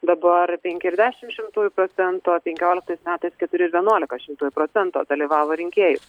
dabar penki ir dešim šimtųjų procento penkioliktais metais keturi ir vienuolika šimtųjų procento dalyvavo rinkėjų